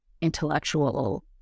intellectual